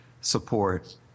support